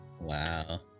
Wow